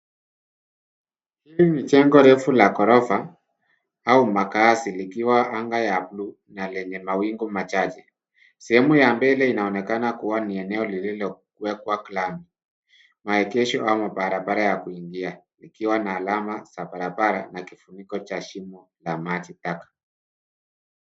Hili ni jengo refu la ghorofa au makaazi, likiwa anga ya buluu na lenye mawingu machache. Sehemu ya mbele inaonekana kuwa ni eneo lililowekwa lami, maegesho au mabarabara ya kuingia, ikiwa na alama za barabara na kifuniko cha shimo la maji taka.